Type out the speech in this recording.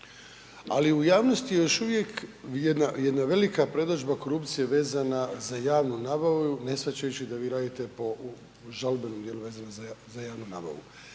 Ali u javnosti je još uvijek jedna velika predodžba korupcije vezana za javnu nabavu, ne shvaćajući da vi radite po žalbenom djelu vezano za javnu nabavu.